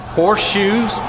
horseshoes